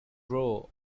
row